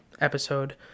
episode